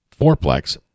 Fourplex